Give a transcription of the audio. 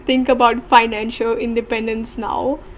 think about financial independence now